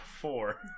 Four